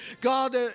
God